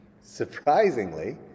surprisingly